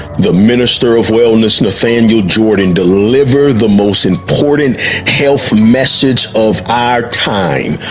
the minister of wellness, nathaniel jordan deliver the most important health message of our time,